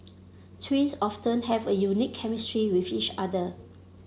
twins often have a unique chemistry with each other